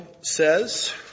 says